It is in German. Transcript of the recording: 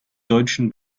deutschen